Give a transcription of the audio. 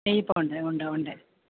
നെയ്യപ്പമുണ്ട് ഉണ്ട് ഉണ്ട്